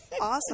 awesome